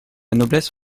noblesse